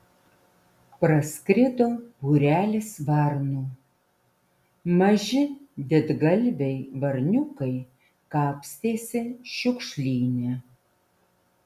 praskrido būrelis varnų maži didgalviai varniukai kapstėsi šiukšlyne